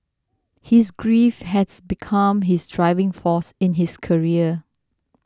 his grief has become his driving force in his career